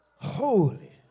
Holy